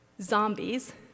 zombies